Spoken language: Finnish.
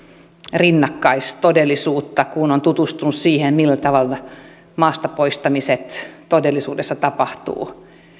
rinnakkaistodellisuutta kun on tutustunut siihen millä tavalla maasta poistamiset todellisuudessa tapahtuvat